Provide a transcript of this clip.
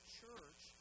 church